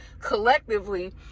collectively